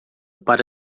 para